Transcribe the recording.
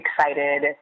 excited